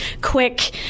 quick